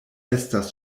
estas